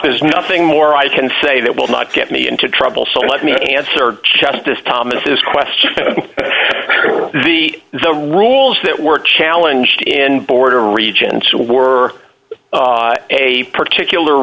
there's nothing more i can say that will not get me into trouble so let me answer justice thomas question the the rules that were challenge to in border regions to were a particular